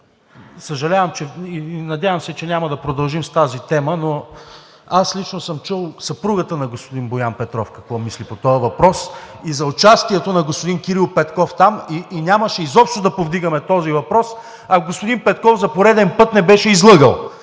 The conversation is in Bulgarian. съжалявам и се надявам, че няма да продължим с тази тема, но аз лично съм чул съпругата на господин Боян Петров какво мисли по този въпрос и за участието на господин Кирил Петков там. Нямаше изобщо да повдигаме този въпрос. (Реплики от „Продължаваме Промяната“: